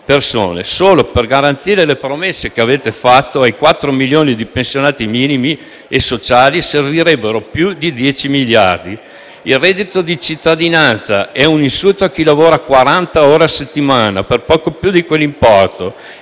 Solo per garantire le promesse fatte ai 4 milioni di pensionati minimi e sociali servirebbero più di 10 miliardi. Il reddito di cittadinanza è un insulto a chi lavora quaranta ore a settimana per poco più di quell'importo: